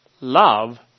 love